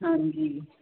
ਹਾਂਜੀ